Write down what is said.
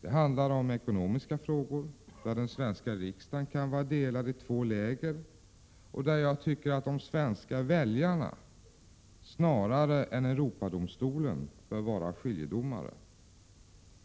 Det handlar om ekonomiska frågor, där den svenska riksdagen kan vara delad i två läger och där jag tycker att de svenska väljarna snarare än Europadomstolen bör vara skiljedomare.